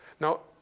now,